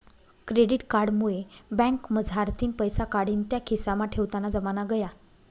credit card मुये बँकमझारतीन पैसा काढीन त्या खिसामा ठेवताना जमाना गया